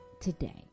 today